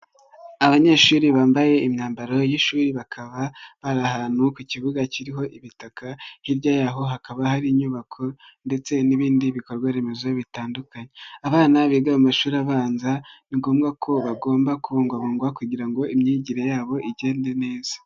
Abanyeshuri bambaye imyambaro y'ishuri bakaba bari ahantu ku kibuga kiriho ibitaka, hirya yaho hakaba hari inyubako ndetse n'ibindi bikorwa remezo bitandukanye. Abana biga amashuri abanza ni ngombwa ko bagomba kubungabungwa kugira ngo imyigire yabo igende neza.